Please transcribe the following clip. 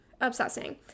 obsessing